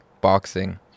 boxing